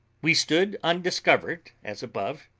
we stood undiscovered, as above,